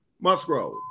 Musgrove